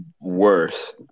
worse